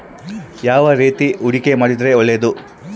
ಯಾವ ರೇತಿ ಹೂಡಿಕೆ ಮಾಡಿದ್ರೆ ಒಳ್ಳೆಯದು?